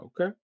Okay